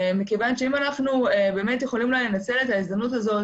מכיוון שאנחנו יכולים לנצל את ההזדמנות הזו,